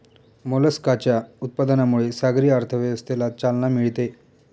मोलस्काच्या उत्पादनामुळे सागरी अर्थव्यवस्थेला चालना मिळते